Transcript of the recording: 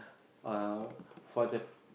uh for the